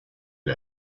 est